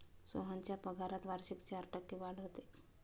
सोहनच्या पगारात वार्षिक चार टक्के वाढ होते